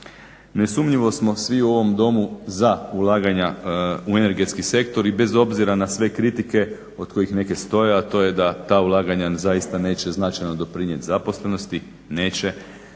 Nesumnjivo smo svi u ovom domu za ulaganja u energetski sektor i bez obzira na sve kritike od kojih neke stoje, a to je da ta ulaganja zaista neće značajno doprinijet zaposlenosti, neće